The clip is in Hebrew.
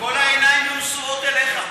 שכל העיניים יהיו נשואות אליך.